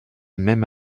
même